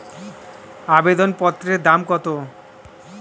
আবেদন পত্রের দাম কত?